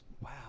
Wow